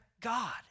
God